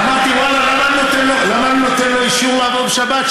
אמרתי, ואללה, למה אני נותן לו אישור לעבוד בשבת?